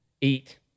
eat